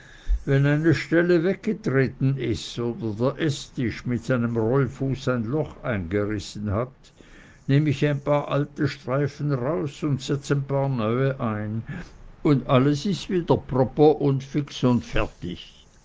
wenn eine stelle weggetreten is oder der eßtisch mit seinem rollfuß ein loch eingerissen hat nehm ich ein paar alte streifen raus un setz ein paar neue rein un alles is wieder propper un fix un fertig